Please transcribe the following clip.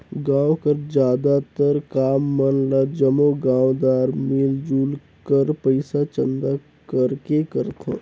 गाँव कर जादातर काम मन ल जम्मो गाँवदार मिलजुल कर पइसा चंदा करके करथे